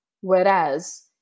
Whereas